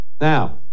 now